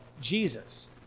Jesus